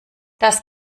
das